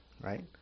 Right